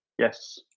Yes